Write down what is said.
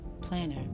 planner